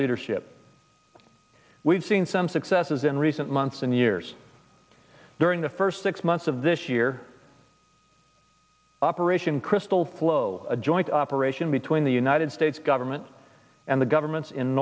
leadership we've seen some successes in recent months and the years during the first six months of this year operation crystal flow a joint operation between the united states government and the governments in